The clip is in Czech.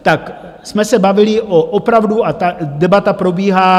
Tak jsme se bavili opravdu a ta debata probíhá.